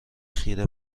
خیره